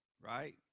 Right